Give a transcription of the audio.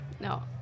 No